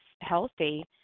healthy